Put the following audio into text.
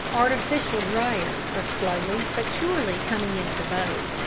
artificial dryers are slowly but surely coming into vogue.